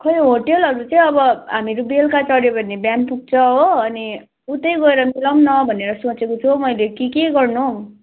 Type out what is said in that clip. खै होटलहरू चाहिँ अब हामीहरू बेलुका चढ्यो भने बिहान पुग्छ हो अनि उतै गएर मिलाऊँ न भनेर सोचेको छु हौ मैले कि के गर्नु हौ